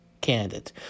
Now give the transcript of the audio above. candidate